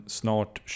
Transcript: snart